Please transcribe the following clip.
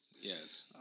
Yes